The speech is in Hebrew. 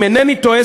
אם אינני טועה,